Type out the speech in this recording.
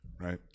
right